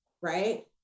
right